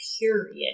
period